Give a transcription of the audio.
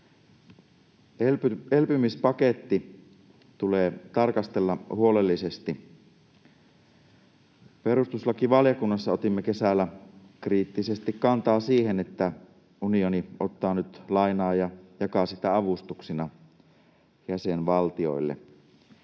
Elpymispaketti tulee tarkastella huolellisesti. Perustuslakivaliokunnassa otimme kesällä kriittisesti kantaa siihen, että unioni ottaa nyt lainaa ja jakaa sitä avustuksina jäsenvaltioille.